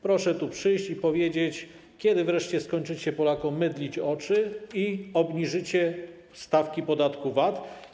Proszę tu przyjść i powiedzieć, kiedy wreszcie skończycie mydlić Polakom oczy i obniżycie stawki podatku VAT.